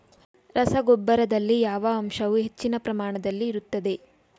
ರಸಗೊಬ್ಬರದಲ್ಲಿ ಯಾವ ಅಂಶವು ಹೆಚ್ಚಿನ ಪ್ರಮಾಣದಲ್ಲಿ ಇರುತ್ತದೆ?